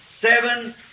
Seven